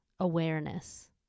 Awareness